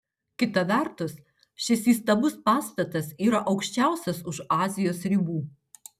kita vertus šis įstabus pastatas yra aukščiausias už azijos ribų